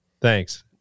Thanks